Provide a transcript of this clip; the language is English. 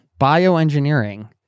Bioengineering